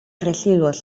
residuos